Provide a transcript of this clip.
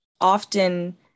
Often